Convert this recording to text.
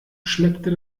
schmeckte